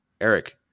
Eric